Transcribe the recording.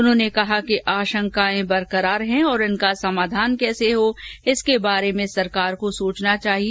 उन्होंने कहा कि आशंकाए बरकरार है और इनका समाधान कैसे हो इसके बारे में सरकार को सोचना चाहिए